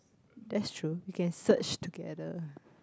that's true you can search together